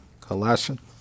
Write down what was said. Colossians